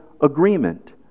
agreement